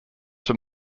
from